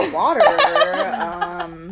water